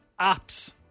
Apps